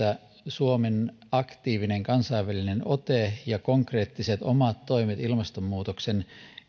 suomen aktiivinen kansainvälinen ote ja konkreettiset omat toimet ilmastonmuutoksen